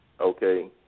Okay